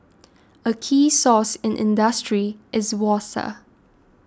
a key resource in industry is water